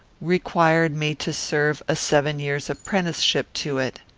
required me to serve a seven years' apprenticeship to it.